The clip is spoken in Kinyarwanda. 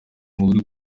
muri